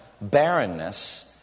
barrenness